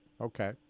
Okay